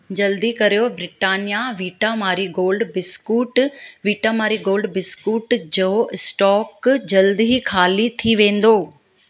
जल्दी करियो Britannia Vita Marie gold biscuit Vita Marie gold biscuit जो स्टॉक जल्द ई ख़ाली थी वेंदो